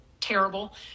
terrible